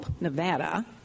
Nevada